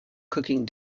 cooking